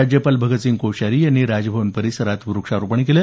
राज्यपाल भगतसिंह कोश्यारी यांनी राजभवन परिसरात व्रक्षारोपण केलं